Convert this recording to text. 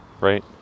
Right